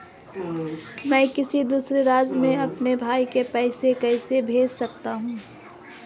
मैं किसी दूसरे राज्य से अपने भाई को पैसे कैसे भेज सकता हूं?